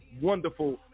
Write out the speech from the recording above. wonderful